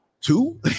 Two